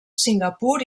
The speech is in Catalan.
singapur